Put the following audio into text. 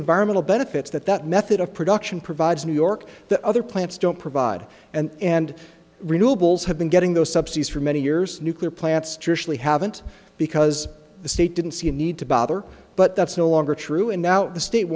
environmental benefits that that method of production provides new york the other plants don't provide and and renewables have been getting those subsidies for many years nuclear plants jewishly haven't because the state didn't see a need to bother but that's no longer true and now the state